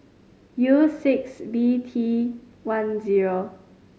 U six B T one zero